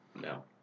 No